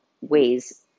ways